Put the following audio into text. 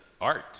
Art